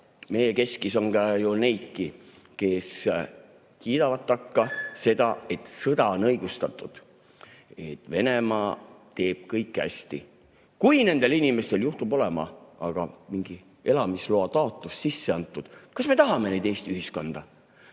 meie keskis on ju neidki, kes kiidavad takka seda, et sõda on õigustatud, et Venemaa teeb kõike hästi. Kui nendel inimestel juhtub olema aga mingi elamisloataotlus sisse antud – kas me tahame neid Eesti ühiskonda?